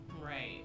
Right